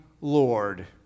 Lord